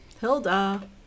Hilda